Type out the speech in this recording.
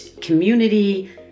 community